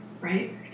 right